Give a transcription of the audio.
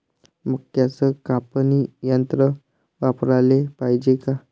मक्क्याचं कापनी यंत्र वापराले पायजे का?